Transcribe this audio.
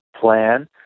plan